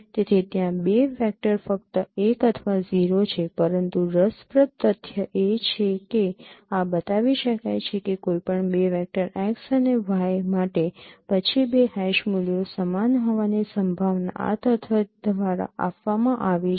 તેથી ત્યાં બે વેક્ટર ફક્ત 1 અથવા 0 છે પરંતુ રસપ્રદ તથ્ય એ છે કે આ બતાવી શકાય છે કે કોઈપણ બે વેક્ટર x અને y માટે પછી બે હેશ મૂલ્યો સમાન હોવાની સંભાવના આ તથ્ય દ્વારા આપવામાં આવી છે